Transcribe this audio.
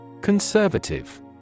Conservative